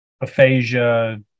aphasia